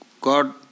God